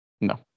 No